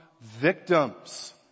victims